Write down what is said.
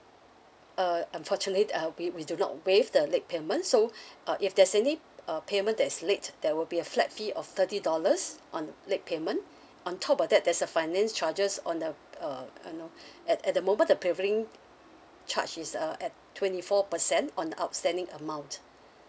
uh unfortunately uh we we do not waive the late payment so uh if there's any uh payment that's late there will be a flat fee of thirty dollars on late payment on top of that there's a finance charges on the uh uh know at at the moment the prevailing charge is uh at twenty four percent on the outstanding amount